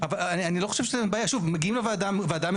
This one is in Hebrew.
זה תהליך שאנחנו עושים כרגע מול צוות הוועדה.